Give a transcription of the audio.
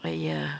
!aiya!